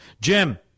Jim